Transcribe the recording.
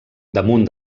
damunt